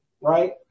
right